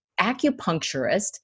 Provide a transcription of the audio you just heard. acupuncturist